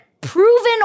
proven